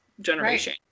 generation